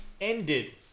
Ended